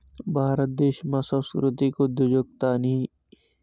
भारत देशमा सांस्कृतिक उद्योजकतानी